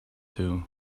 too